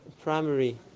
primary